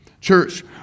Church